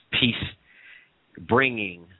peace-bringing